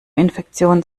infektionen